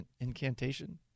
incantation